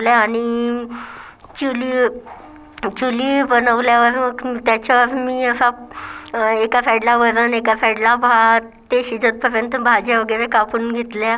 आणि चुली चुली बनवल्यावर त्याच्यावर मी असा एका साईडला वरण एका साईडला भात ते शिजतपर्यंत भाज्या वगैरे कापून घेतल्या